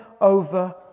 over